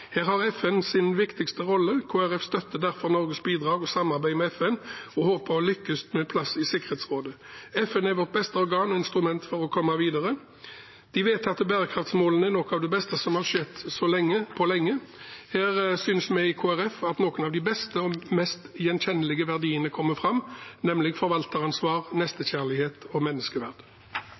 Her har FN sin viktigste rolle. Kristelig Folkeparti støtter derfor Norges bidrag og samarbeid med FN og håper å lykkes med en plass i Sikkerhetsrådet. FN er vårt beste organ og instrument for å komme videre. De vedtatte bærekraftsmålene er noe av det beste som har skjedd på lenge. Her synes vi i Kristelig Folkeparti at noen av de beste og mest gjenkjennelige verdiene kommer fram, nemlig forvalteransvar, nestekjærlighet og menneskeverd.